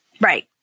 right